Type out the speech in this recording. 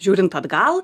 žiūrint atgal